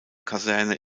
kaserne